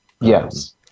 Yes